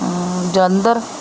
Jalandhar